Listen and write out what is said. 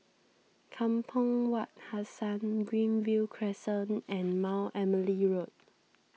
Kampong Wak Hassan Greenview Crescent and Mount Emily Road